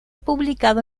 publicado